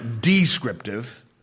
descriptive